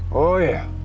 oh, yeah,